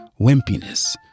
wimpiness